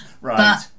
Right